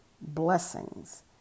blessings